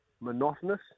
monotonous